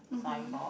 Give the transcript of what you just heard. signboard